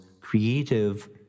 creative